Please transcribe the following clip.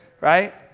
right